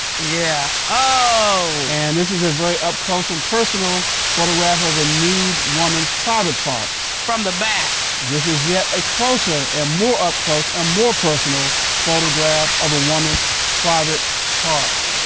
yeah, oh! and this is a very up close and personal photograph of a nude woman's private parts. from the back. this is yet a closer and more up close and more personal photograph of a woman's private parts.